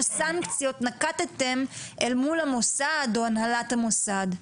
סנקציות נקטתם אל מול המוסד או הנהלת המוסד.